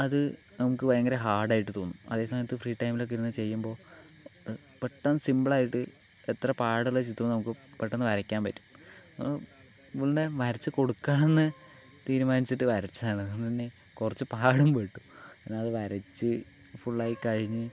അത് നമുക്ക് ഭയങ്കര ഹാർഡ് ആയിട്ട് തോന്നും അതേസമയത്ത്ത് ഫ്രീ ടൈമിൽ ഒക്കെ ഇരുന്ന് ചെയ്യുമ്പോൾ പെട്ടെന്ന് സിമ്പിളായിട്ട് എത്ര പാടുള്ള ചിത്രം നമുക്ക് പെട്ടെന്ന് വരയ്ക്കാൻ പറ്റും ഇവളുടെ വരച്ചു കൊടുക്കണം എന്ന് തീരുമാനിച്ചിട്ട് വരച്ചതാണ് അതുകൊണ്ട് തന്നെ കുറച്ച് പാടും പെട്ടു കാരണം അത് വരച്ച് ഫുള്ളായി കഴിഞ്ഞ്